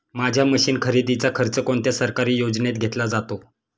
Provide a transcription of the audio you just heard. माझ्या मशीन खरेदीचा खर्च कोणत्या सरकारी योजनेत घेतला जातो?